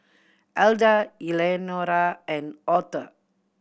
Elda Eleanora and Auther